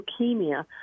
leukemia